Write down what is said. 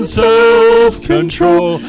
self-control